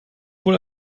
wohl